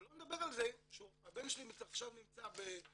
שלא נדבר על זה שהבן שלי עכשיו נמצא בשני